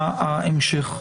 ההמשך.